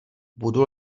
budu